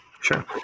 Sure